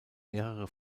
mehrere